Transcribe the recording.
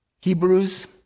Hebrews